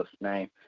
name